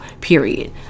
period